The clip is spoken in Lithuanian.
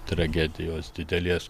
tragedijos didelės